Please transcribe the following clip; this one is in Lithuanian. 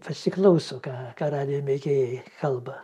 pasiklauso ką ką radijo mėgėjai kalba